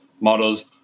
models